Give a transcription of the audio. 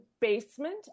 basement